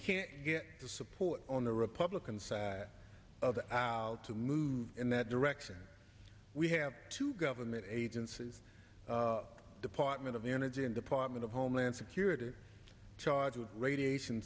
can't get the support on the republican side of to move in that direction we have two government agencies department of energy and department of homeland security charged with radiation